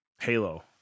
Halo